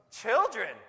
Children